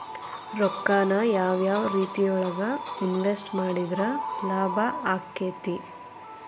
ರೊಕ್ಕಾನ ಯಾವ ಯಾವ ರೇತಿಯೊಳಗ ಇನ್ವೆಸ್ಟ್ ಮಾಡಿದ್ರ ಲಾಭಾಕ್ಕೆತಿ?